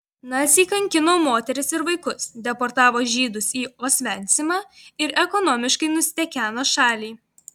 naciai kankino moteris ir vaikus deportavo žydus į osvencimą ir ekonomiškai nustekeno šalį